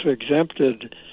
exempted